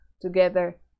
together